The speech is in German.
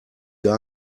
aber